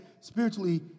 spiritually